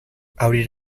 abrir